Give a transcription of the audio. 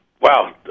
wow